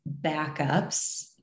backups